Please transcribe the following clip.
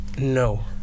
No